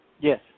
Yes